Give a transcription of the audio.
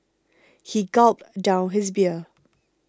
he gulped down his beer